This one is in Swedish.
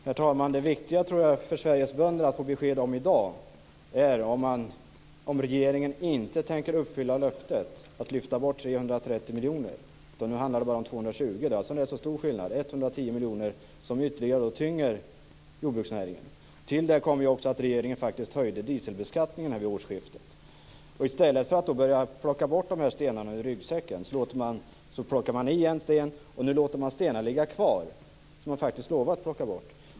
Herr talman! Det viktiga för Sveriges bönder att få besked om i dag tror jag är om regeringen inte tänker uppfylla löftet att lyfta bort 330 miljoner. Nu handlar det om 220 miljoner. Det är alltså stor skillnad - 110 miljoner som ytterligare tynger jordbruksnäringen. Till detta kommer att regeringen också höjde dieselbeskattningen vid årsskiftet. I stället för att plocka bort de här stenarna ur ryggsäcken har man plockat i en sten, och nu låter man de stenar ligga kvar som man faktiskt lovat att plocka bort.